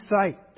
sight